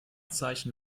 zeichen